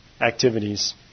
activities